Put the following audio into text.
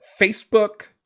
Facebook